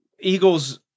Eagles